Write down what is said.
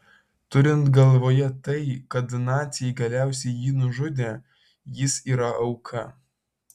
turint galvoje tai kad naciai galiausiai jį nužudė jis yra auka